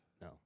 No